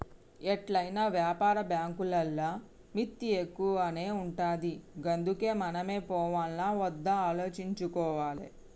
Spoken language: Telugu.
ఎట్లైనా వ్యాపార బాంకులల్ల మిత్తి ఎక్కువనే ఉంటది గందుకే మనమే పోవాల్నా ఒద్దా ఆలోచించుకోవాలె